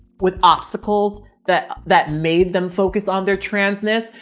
with obstacles that that made them focus on their transness,